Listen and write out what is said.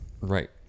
right